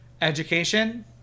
Education